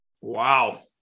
Wow